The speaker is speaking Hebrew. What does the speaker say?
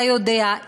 אתה יודע,